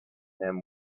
him